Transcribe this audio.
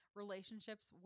relationships